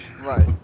Right